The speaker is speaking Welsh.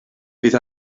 bydd